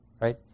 right